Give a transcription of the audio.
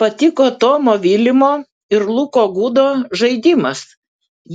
patiko tomo vilimo ir luko gudo žaidimas